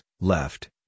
left